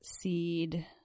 seed